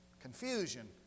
Confusion